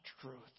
truth